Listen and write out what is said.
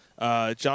John